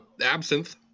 Absinthe